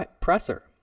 presser